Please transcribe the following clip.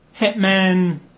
hitman